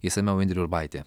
išsamiau indrė urbaitė